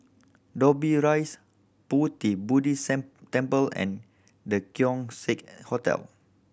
Dobbie Rise Pu Ti Buddhist Sam Temple and The Keong Saik Hotel